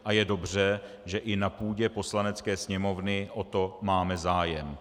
A je dobře, že i na půdě Poslanecké sněmovny o to máme zájem.